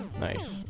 nice